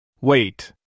Wait